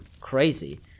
crazy